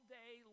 day